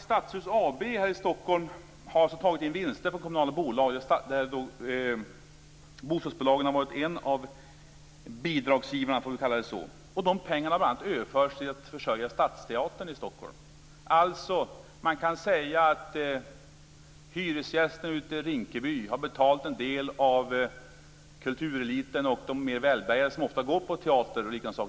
Stadshus AB här i Stockholm har tagit in vinster på kommunala bolag där bostadsbolagen har varit en av bidragsgivarna, om vi får kalla dem så. De pengarna har man överfört till att försörja Stadsteatern i Stockholm. Alltså kan man säga att hyresgäster ute i Rinkeby har betalat en del av teaterbiljetten för kultureliten och de mer väl bärgade som ofta går på teater.